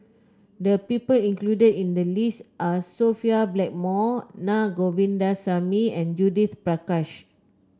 the people included in the list are Sophia Blackmore Naa Govindasamy and Judith Prakash